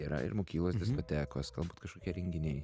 yra ir mokyklos diskotekos galbūt kažkokie renginiai